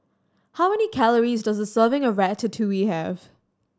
how many calories does a serving of Ratatouille have